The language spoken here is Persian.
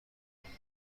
اتاقه